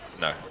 No